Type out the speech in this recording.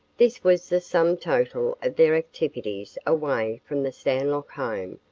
this was the sum total of their activities away from the stanlock home,